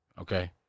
Okay